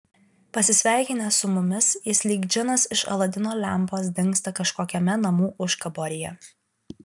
pasisveikinęs su mumis jis lyg džinas iš aladino lempos dingsta kažkokiame namų užkaboryje